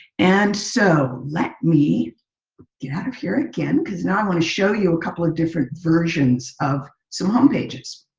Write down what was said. and so, let me get out of here again because now i want to show you a couple of different versions of some home pages,